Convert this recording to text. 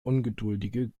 ungeduldige